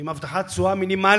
עם הבטחת תשואה מינימלית,